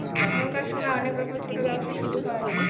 এখনকার সময় অনেক রকমের ছোটো ব্যবসা শুরু হয়